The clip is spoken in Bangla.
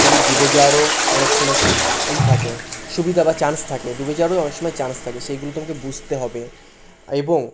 তুমি দুবে যাওয়ারও অনেক সময় ই থাকে সুবিধা বা চান্স থাকে দুবে যাওয়ারও অনেক সময় চান্স থাকে সেইগুলো তুমিকে বুঝতে হবে এবং